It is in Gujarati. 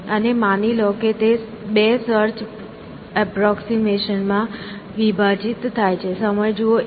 અને માની લો કે તે 2 સર્ચ પ્રોક્સિમેશન માં વિભાજીત થાય છે